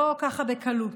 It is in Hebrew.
לא ככה בקלות,